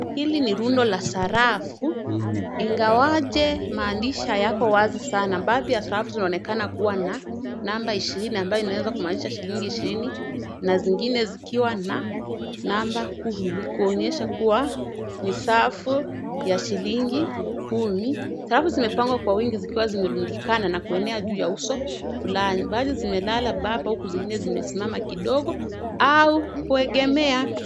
Hili ni rundu la sarafu ingawaje maandishi hayako wazi sana baadi za sarafu zinaonekana kuwa namba ishirini amabaye inaweza kuashiria shilingi ishirini na zinge zikiwa na namba kumi kuonyesha kuwa ni safu ya shilingi kumi. Safu zimepangwa kwa wingi zikiwa zimerundikana na kuenea juu ya uso fulani , baadhi zimelala papa huku zingine simesimama kidogo au kuengemea.